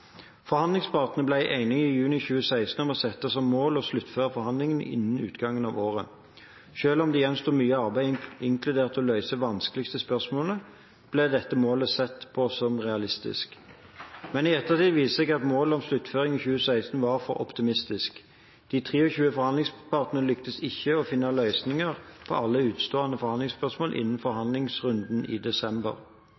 i juni 2016 enige om å sette som mål å sluttføre forhandlingene innen utgangen av året. Selv om det gjenstår mye arbeid, inkludert å løse de vanskeligste spørsmålene, ble dette målet sett på som realistisk. Men i ettertid viser det seg at målet om sluttføring i 2016 var for optimistisk. De 23 forhandlingspartene lyktes ikke i å finne løsninger på alle utestående forhandlingsspørsmål innen